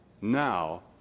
now